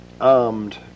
armed